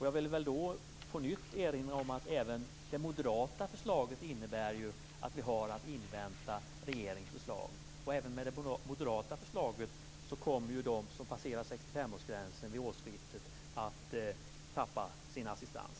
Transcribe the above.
Jag vill åter erinra om att även det moderata förslaget innebär att vi har att invänta regeringens förslag. Även med det moderata förslaget kommer ju de som passerar 65-årsgränsen vid årsskiftet att förlora sin rätt till assistans.